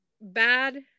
bad